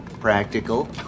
practical